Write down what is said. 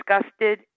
disgusted